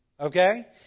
Okay